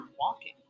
walking